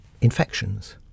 infections